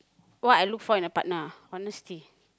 what I look for in a partner ah honesty